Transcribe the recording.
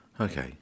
Okay